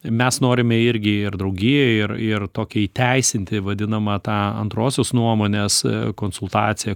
mes norime irgi ir draugijoj ir ir tokį įteisinti vadinamą tą antrosios nuomonės konsultaciją